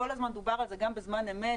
כל הזמן דובר על זה גם בזמן אמת,